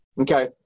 okay